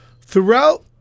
Throughout